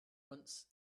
once